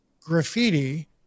graffiti